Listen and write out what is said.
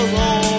roll